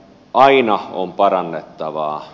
aina on parannettavaa